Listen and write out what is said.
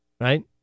Right